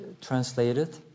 translated